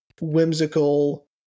whimsical